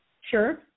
Sure